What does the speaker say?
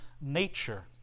nature